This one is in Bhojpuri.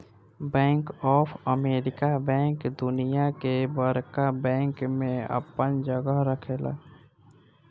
बैंक ऑफ अमेरिका बैंक दुनिया के बड़का बैंक में आपन जगह रखेला